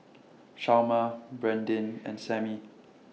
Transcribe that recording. Chalmer Brandyn and Sammie